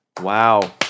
Wow